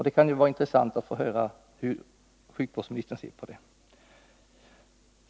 Det kan vara intressant att få höra hur sjukvårdsministern ser på detta.